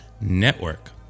Network